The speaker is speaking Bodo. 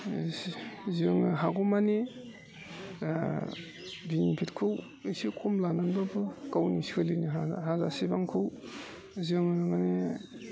जोङो हागौमानि बिनिफिटखौ एसे खम लानाब्लाबो गावनि सोलिनो हाजासेबांखौ जों माने